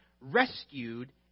rescued